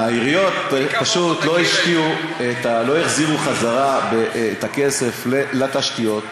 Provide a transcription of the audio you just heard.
העיריות לא החזירו את הכסף לתשתיות,